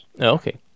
okay